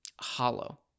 hollow